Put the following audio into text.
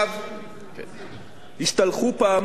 השתלחו פעמים רבות, אתה אשם בזה.